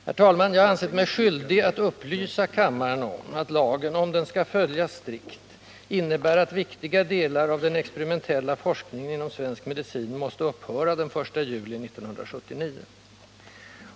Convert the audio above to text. Herr talman! Jag har ansett mig skyldig att upplysa kammaren om att lagen —- om den skall följas strikt — innebär att viktiga delar av den experimentella forskningen inom svensk medicin måste upphöra den 1 juli 1979.